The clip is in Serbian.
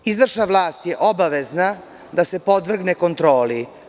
Izvršna vlast je obavezna da se podvrgne kontroli.